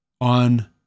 on